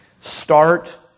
Start